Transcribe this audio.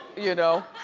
you know?